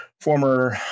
former